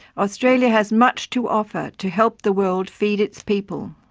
australia has much to offer to help the world feed its people.